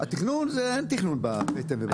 אין תכנון בפטם.